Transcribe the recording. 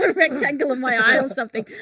rectangle of my eye or something.